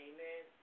Amen